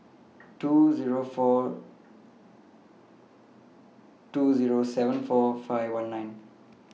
two four two seven four five one nine